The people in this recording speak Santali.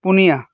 ᱯᱳᱱᱭᱟ